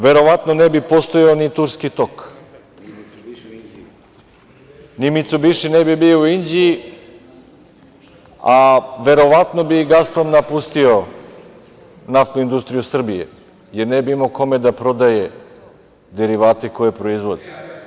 Verovatno ne bi postojao ni Turski tok, ni „Micubiši“ ne bi bio u Inđiji, a verovatno bi i „Gasprom“ napustio naftnu industriju Srbije, jer ne bi imao kome da prodaje derivate koje proizvodi.